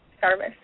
service